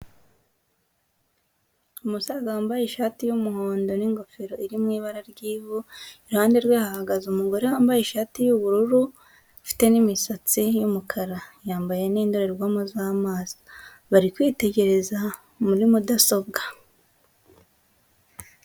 Umusaza wambaye ishati y'umuhondo n'ingofero iri mu ibara ry'ivu, iruhande rwe hahagaze umugore wambaye ishati y'ubururu ufite n'imisatsi y'umukara, yambaye n'indorerwamo z'amaso, bari kwitegereza muri mudasobwa.